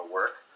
work